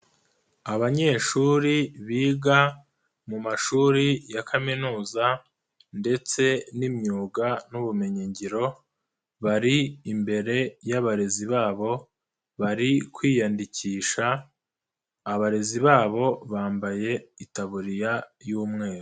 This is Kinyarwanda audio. Abanyeshuri biga mu mashuri ya kaminuza ndetse n'imyuga n'ubumenyi ngiro bari imbere y'abarezi babo bari kwiyandikisha, abarezi babo bambaye itaburiya y'umweru.